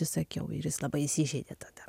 atsisakiau ir jis labai įsižeidėtada